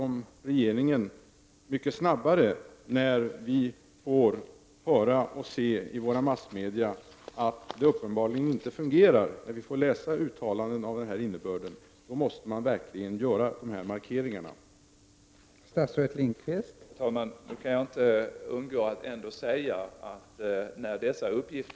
Men när vi får höra och se i massmedia att det uppenbarligen inte fungerar och får läsa uttalanden av den här innebörden, vore det värdefullt om regeringen mycket snabbare kunde göra dessa marke